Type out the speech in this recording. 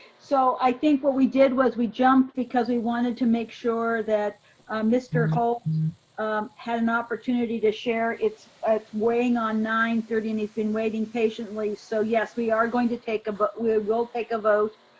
so i think what we did was we jumped because we wanted to make sure that mr. halt had an opportunity to share. it's ah it's weighing on nine thirty and he's been waiting patiently. so yes, we are going to take a, but we will take a vote.